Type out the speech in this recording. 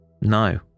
no